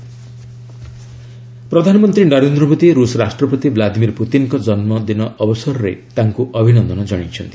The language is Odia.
ପିଏମ୍ ପୁତିନ୍ ପ୍ରଧାନମନ୍ତ୍ରୀ ନରେନ୍ଦ୍ର ମୋଦୀ ରୁଷ ରାଷ୍ଟ୍ରପତି ବ୍ଲୁଦିମିର୍ ପୁତିନ୍ଙ୍କ ଜନ୍ମ ଅବସରରେ ତାଙ୍କୁ ଅଭିନନ୍ଦନ ଜଣାଇଛନ୍ତି